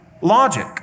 logic